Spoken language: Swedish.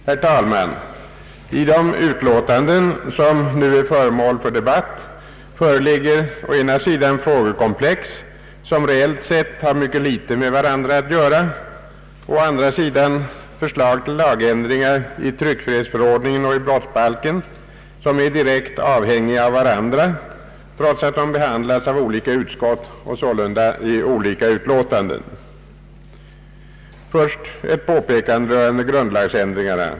Herr talman! I de utlåtanden som nu är föremål för debatt föreligger å ena sidan frågekomplex som reellt sett har mycket litet med varandra att göra och å andra sidan förslag till lagändringar i tryckfrihetsförordningen och i brottsbalken som är direkt avhängiga av varandra, trots att de behandlats av olika utskott och sålunda i olika utlåtanden. Först ett påpekande rörande grundlagsändringarna!